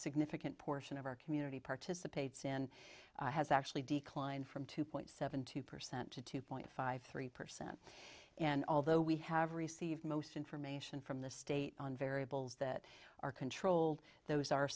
significant portion of our community participates in has actually declined from two point seven two percent to two point five three percent and although we have received most information from the state variables that are controlled those are